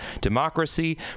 democracy